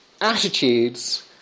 attitudes